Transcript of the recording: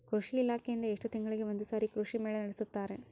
ಕೃಷಿ ಇಲಾಖೆಯಿಂದ ಎಷ್ಟು ತಿಂಗಳಿಗೆ ಒಂದುಸಾರಿ ಕೃಷಿ ಮೇಳ ನಡೆಸುತ್ತಾರೆ?